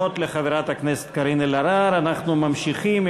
חברי הכנסת, 68 בעד, אין מתנגדים או נמנעים.